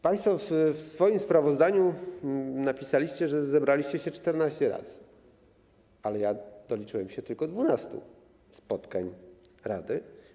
Państwo w swoim sprawozdaniu napisaliście, że zebraliście się 14 razy, ale doliczyłem się tylko 12 spotkań rady.